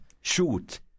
shoot